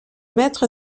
maître